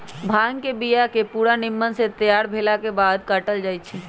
भांग के बिया के पूरा निम्मन से तैयार भेलाके बाद काटल जाइ छै